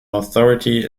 authority